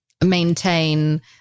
maintain